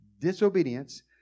disobedience